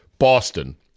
Boston